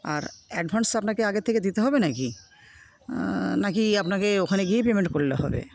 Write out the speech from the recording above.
আর advance আপনাকে আগে থেকে দিতে হবে নাকি নাকি আপনাকে ওখানে গিয়েই পেমেন্ট করলে হবে